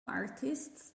artists